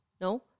no